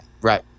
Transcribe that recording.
Right